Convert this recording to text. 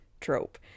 trope